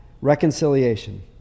reconciliation